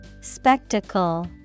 Spectacle